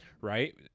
Right